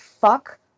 Fuck